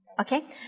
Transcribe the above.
Okay